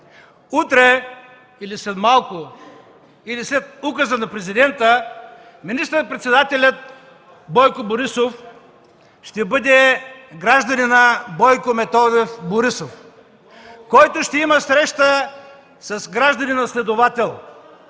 Утре или след малко, или след указа на Президента, министър-председателят Бойко Борисов ще бъде гражданинът Бойко Методиев Борисов, който ще има среща с гражданина следовател.